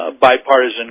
bipartisan